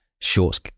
shorts